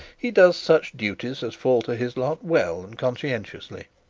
he does such duties as fall to his lot well and conscientiously,